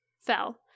Fell